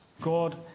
God